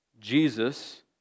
Jesus